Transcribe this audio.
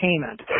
payment